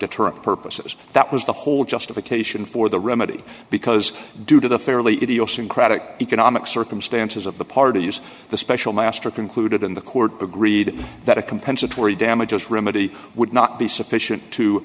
deter purposes that was the whole justification for the remedy because due to the fairly idiosyncratic economic circumstances of the parties the special master concluded in the court agreed that a compensatory damages remedy would not be sufficient